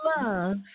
love